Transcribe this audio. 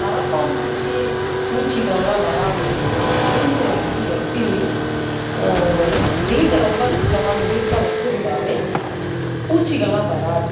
கரப்பான்பூச்சி பூச்சிகள்லாம் வராமல் இருக்கணும் முடிஞ்ச வரைலியும் எப்போயுமே வீட்டை ரொம்ப சுத்தமாக நீட்டாக வச்சுருந்தாவே பூச்சிகள்லாம் வராது